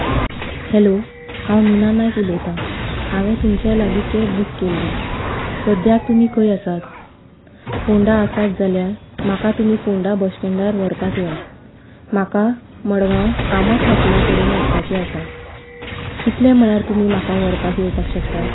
hello हांव मीना नायक उलयता हांवे तुमचे लागीं कॅब बूक केल्ली सद्द्यांक तुमी खंय आसात फोंडा आसात जाल्यार म्हाका तुमी फोंडा बस स्टेण्डार व्हरपाक येयात म्हाका मडगांव कामत हॉटला कडेन वचपाचे आसा कितलें म्हळ्यार तुमी म्हाका व्हरपाक येवपाक शकतात